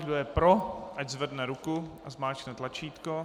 Kdo je pro, ať zvedne ruku a zmáčkne tlačítko.